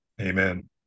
Amen